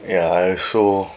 ya I also